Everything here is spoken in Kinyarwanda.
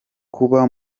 kuba